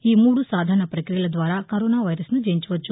ఈ మూడు సాధారణ పక్రియల ద్వారా కరోనా వైరస్ను జయించవచ్చు